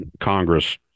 Congress